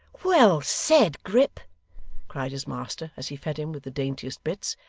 well said, grip cried his master, as he fed him with the daintiest bits.